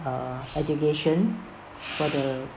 uh education for the